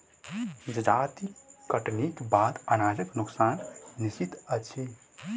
जजाति कटनीक बाद अनाजक नोकसान निश्चित अछि